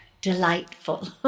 delightful